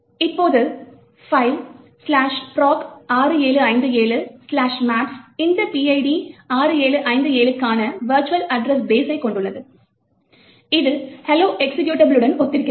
இப்போது file proc 6757 maps இந்த PID 6757 க்கான வெர்ச்சுவல் அட்ரஸ் பேஸ்ஸை கொண்டுள்ளது இது hello எக்சிகியூட்டபிளுடன் ஒத்திருக்கிறது